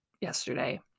yesterday